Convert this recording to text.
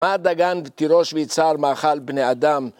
מה דגן ותירוש ויצהר מאכל בני אדם